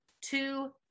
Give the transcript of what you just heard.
two